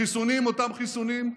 החיסונים אותם חיסונים,